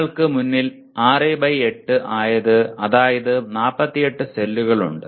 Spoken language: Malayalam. നിങ്ങൾക്ക് മുന്നിൽ 6 ബൈ 8 അതായതു 48 സെല്ലുകൾ ഉണ്ട്